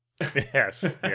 Yes